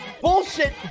bullshit